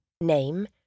name